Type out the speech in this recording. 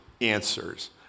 answers